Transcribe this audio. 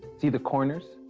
see the corners?